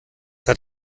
hat